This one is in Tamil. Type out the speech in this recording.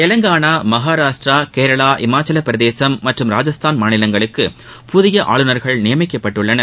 தெலங்கானா மகாராஷ்ட்ரா கேரளா இமாச்சல பிரதேசம் மற்றும் ராஜஸ்தான் மாநிலங்களுக்கு புதிய ஆளுநர்கள் நியமிக்கப்பட்டுள்ளனர்